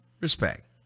Respect